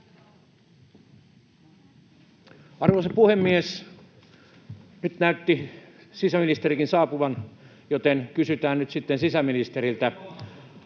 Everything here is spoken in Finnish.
Arvoisa puhemies! Nyt näytti sisäministerikin saapuvan, joten kysytään nyt sitten sisäministeriltä.